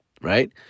right